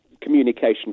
communication